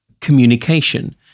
communication